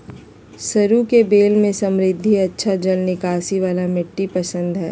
सरू के बेल के समृद्ध, अच्छा जल निकासी वाला मिट्टी पसंद हइ